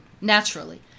naturally